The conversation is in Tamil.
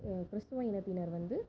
கிறிஸ்துவ இனத்தினர் வந்து